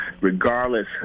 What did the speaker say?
regardless